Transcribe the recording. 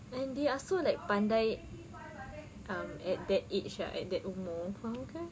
they are so like pandai um at that age ah at that umur faham kan